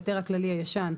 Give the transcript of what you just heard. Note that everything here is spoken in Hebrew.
ההיתר הכללי הישן),